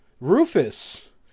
Rufus